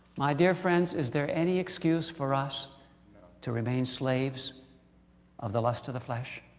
my dear friends, is there any excuse for us to remain slaves of the lust of the flesh?